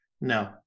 No